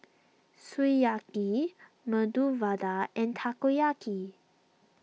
Sukiyaki Medu Vada and Takoyaki